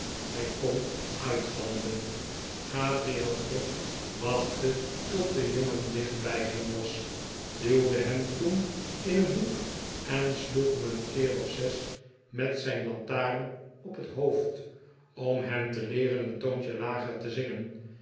hij kon uitgalmde gabriel grub wachtte tot de jongen dicht bij hem was duwde hem toen in een hoek en sloeg hem een keer of zes met zijn lantaren op het hoofd om hem te leeren een toontje lager te zingen